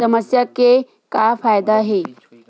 समस्या के का फ़ायदा हे?